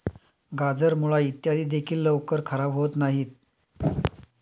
गाजर, मुळा इत्यादी देखील लवकर खराब होत नाहीत